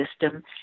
system